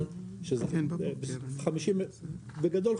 בגדול,